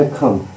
come